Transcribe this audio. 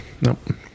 Nope